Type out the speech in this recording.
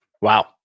Wow